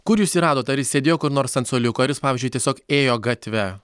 kur jūs jį radot ar jis sėdėjo kur nors ant suoliuko ar jis pavyzdžiui tiesiog ėjo gatve